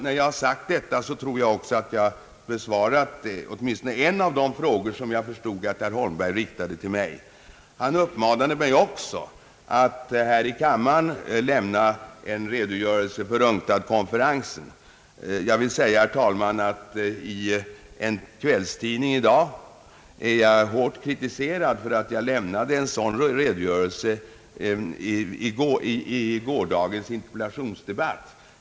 Med detta tror jag att jag har besvarat åtminstone en av 'de frågor som jag förstod att herr Holmberg riktade till mig. Han uppmanade mig också att här i kämmaren lämna en redogörelse för UNCTAD-konferensen. I en kvällstidning i dag kritiseras jag hårt för att jag lämnade en sådan redogörelse vid gårdagens interpellationsdebatt.